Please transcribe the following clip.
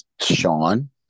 Sean